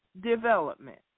development